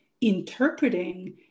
interpreting